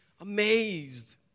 amazed